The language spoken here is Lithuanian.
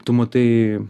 tu matai